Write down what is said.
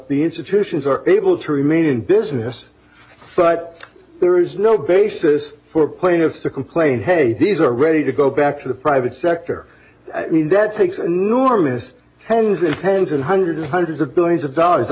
the institutions are able to remain in business but there is no basis for plaintiffs to complain hey these are ready to go back to the private sector i mean that takes enormous tens and tens and hundreds hundreds of billions of dollars i